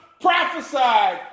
Prophesied